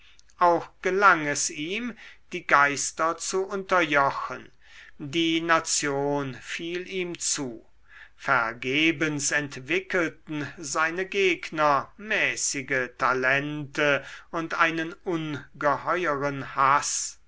auch gelang es ihm die geister zu unterjochen die nation fiel ihm zu vergebens entwickelten seine gegner mäßige talente und einen ungeheueren haß